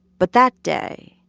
but that day,